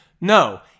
no